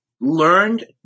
learned